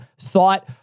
thought